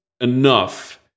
enough